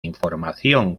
información